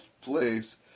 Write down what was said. place